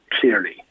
clearly